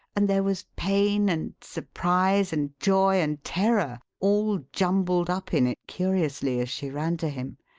and there was pain and surprise and joy and terror all jumbled up in it curiously, as she ran to him.